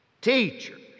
teachers